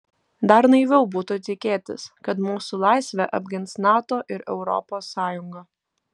dar naiviau būtų tikėtis kad mūsų laisvę apgins nato ir europos sąjunga